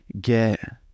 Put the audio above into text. get